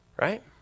Right